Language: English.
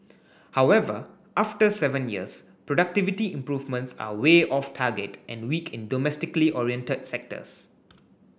however after seven years productivity improvements are way off target and weak in domestically oriented sectors